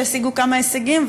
שהשיגו כמה הישגים,